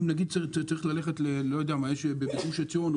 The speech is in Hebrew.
אם צריך ללכת לגוש עציון,